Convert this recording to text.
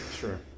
Sure